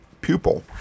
pupil